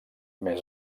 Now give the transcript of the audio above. més